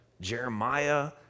Jeremiah